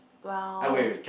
well